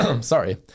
sorry